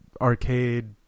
arcade